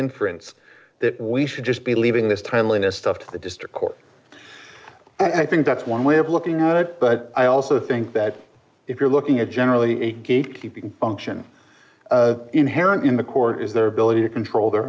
inference that we should just be leaving this timeliness stuff to the district court and i think that's one way of looking at it but i also think that if you're looking at generally a gatekeeping function inherent in the court is their ability to control the